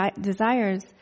desires